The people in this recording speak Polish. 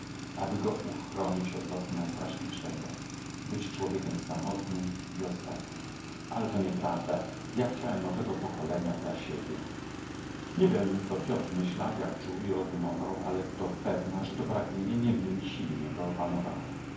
aby go uchronić od losu najstraszliwszego być człowiekiem samotnym i ostatnim ale to nieprawda ja chciałem nowego pokolenia dla siebie nie wiem co piotr myślał jak czuł i rozumował ale to pewna że to samo pragnienie nie mniej silnie go opanowało